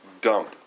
dump